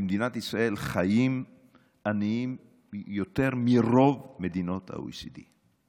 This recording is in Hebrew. במדינת ישראל חיים עניים יותר מברוב מדינות ה-OECD.